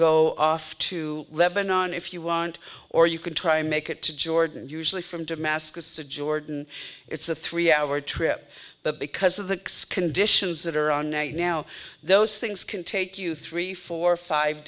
go off to lebanon if you want or you can try to make it to jordan usually from damascus to jordan it's a three hour trip but because of the conditions that are on now you now those things can take you three four five